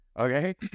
okay